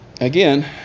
again